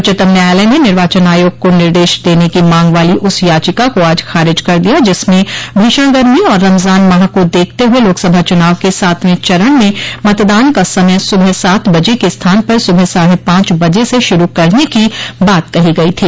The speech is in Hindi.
उच्चतम न्यायालय ने निर्वाचन आयोग को निर्देश देने की मांग वाली उस याचिका को आज खारिज कर दिया जिसमें भीषण गर्मी और रमजान माह को देखते हुए लोकसभा चूनाव के सातवें चरण में मतदान का समय सुबह सात बजे के स्थान पर सुबह साढ़े पांच बजे से शरू करने की बात कही गई थी